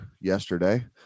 yesterday